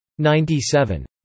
97